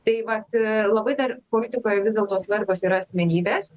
tai vat labai dar politikoje vis dėlto svarbios yra asmenybės